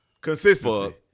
consistency